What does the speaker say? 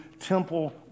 temple